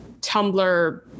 Tumblr